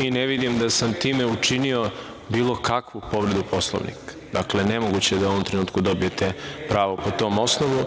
i ne vidim da sam time učinio bilo kakvu povredu Poslovnika. Dakle, nemoguće je da u ovom trenutku dobijete pravo po tom osnovu.